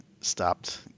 stopped